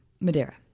Madeira